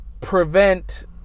prevent